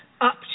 up